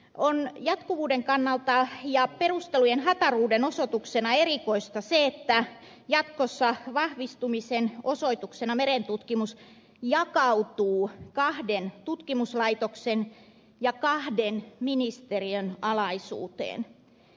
on jatkuvuuden kannalta ja perustelujen hataruuden osoituksena erikoista se että jatkossa vahvistumisen osoituksena merentutkimus jakautuu kahden tutkimuslaitoksen ja kahden ministeriön alaisuuteen